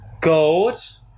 gold